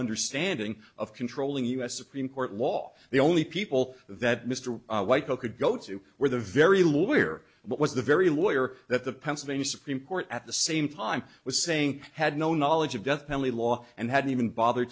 wonder standing of controlling us supreme court law the only people that mr white go could go to were the very lawyer what was the very lawyer that the pennsylvania supreme court at the same time was saying had no knowledge of death penalty law and hadn't even bother